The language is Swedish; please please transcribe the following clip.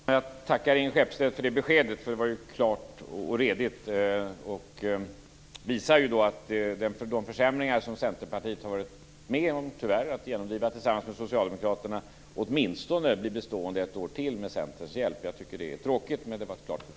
Herr talman! Jag tackar Ingrid Skeppstedt för det beskedet. Det var ju klart och redigt. Det visar att de försämringar som Centerpartiet tyvärr har varit med om att genomdriva tillsammans med Socialdemokraterna åtminstone blir bestående ett år till med Centerns hjälp. Jag tycker att det är tråkigt, men det var ett klart besked.